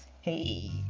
hey